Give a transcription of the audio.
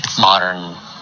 modern